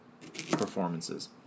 performances